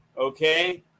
okay